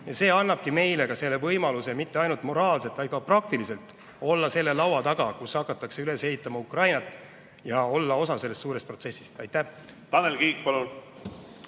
see annabki meile võimaluse mitte ainult moraalselt, vaid ka praktiliselt olla selle laua taga, kus hakatakse üles ehitama Ukrainat, olla osa sellest suurest protsessist. Tanel Kiik, palun!